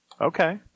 Okay